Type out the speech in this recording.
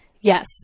yes